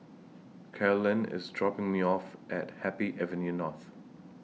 Carlyn IS dropping Me off At Happy Avenue North